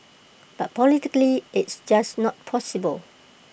but politically it's just not possible